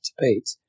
debate